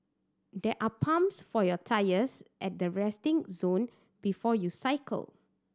there are pumps for your tyres at the resting zone before you cycle